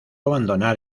abandonar